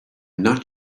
not